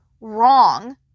wrong